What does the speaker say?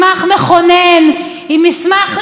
היא מסמך נפלא,